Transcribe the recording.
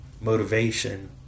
motivation